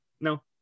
no